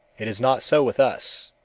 it is not so with us,